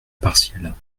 partielle